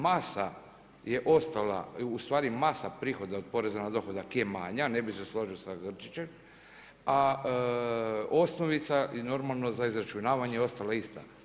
Masa je ostala, u stvari masa prihoda od poreza na dohodak je manja, ne bih se složio sa Grčićem, a osnovica normalno za izračunavanje je ostala ista.